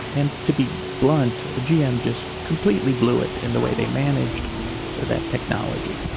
and to be blunt, g. m. just completely blew it in the way they managed that technology.